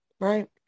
Right